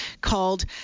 called